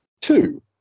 Two